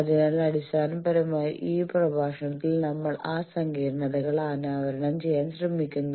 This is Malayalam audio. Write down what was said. അതിനാൽ അടിസ്ഥാനപരമായി ഈ പ്രഭാഷണത്തിൽ നമ്മൾ ആ സങ്കീർണതകൾ അനാവരണം ചെയ്യാൻ ശ്രമിക്കും